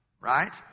Right